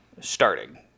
starting